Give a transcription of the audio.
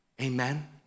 Amen